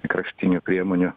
kraštutinių priemonių